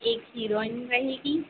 एक हीरोइन रहेगी